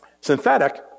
synthetic